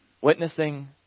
witnessing